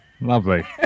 Lovely